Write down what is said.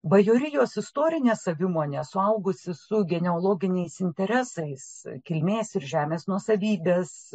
bajorijos istorinė savimonė suaugusi su genealoginiais interesais kilmės ir žemės nuosavybės